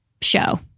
show